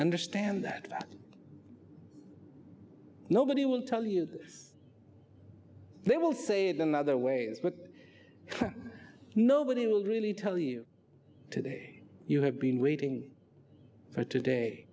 understand that nobody will tell you they will say the other ways but nobody will really tell you today you have been waiting for today